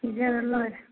ꯄꯤꯖꯔ ꯂꯣꯏꯔꯦ